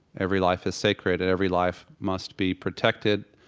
every life is sacred, and every life must be protected,